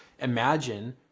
Imagine